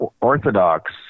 Orthodox